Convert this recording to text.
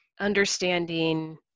understanding